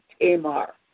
Tamar